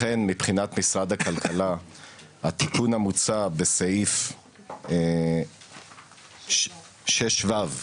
לכן מבחינת משרד הכלכלה התיקון המוצע בסעיף 6(ו)